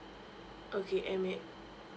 okay M A